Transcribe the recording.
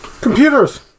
Computers